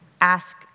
ask